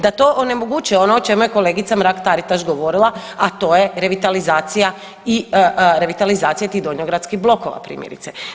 Da to onemogućuje, ono o čemu je kolegica Mrak-Taritaš govorila, a to je revitalizacija i revitalizacija tih donjogradskih blokova, primjerice.